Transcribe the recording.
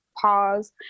pause